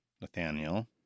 Nathaniel